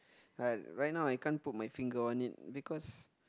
like right now I can't put my finger on it because